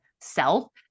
self